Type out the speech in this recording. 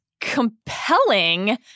compelling